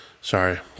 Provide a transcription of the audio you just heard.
sorry